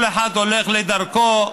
כל אחד הולך לדרכו,